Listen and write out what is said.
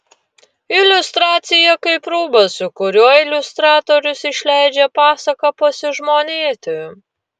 iliustracija kaip rūbas su kuriuo iliustratorius išleidžia pasaką pasižmonėti